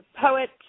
poet